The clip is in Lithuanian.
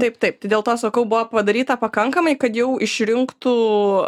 taip taip tai dėl to sakau buvo padaryta pakankamai kad jau išrinktų